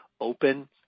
open